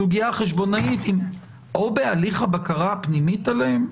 סוגיה חשבונאית או בהליך הבקרה הפנימית עליהם,